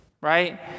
right